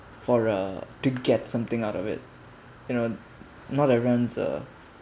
for a to get something out of it you know not everyone's a